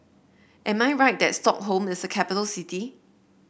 am I right that Stockholm is a capital city